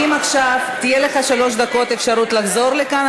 אם עכשיו יהיו לך שלוש דקות אפשרות לחזור לכאן,